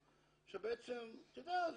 שבעצם אתה יודע,